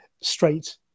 straight